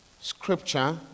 scripture